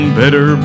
better